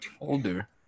older